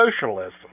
socialism